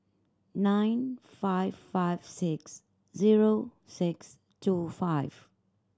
nine five five six zero six two five